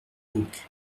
auch